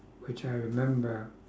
which I remember